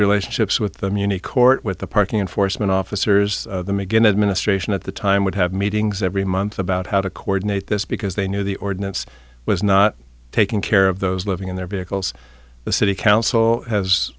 relationships with the muni court with the parking enforcement officers the mcginn administration at the time would have meetings every month about how to coordinate this because they knew the ordinance was not taking care of those living in their vehicles the city council has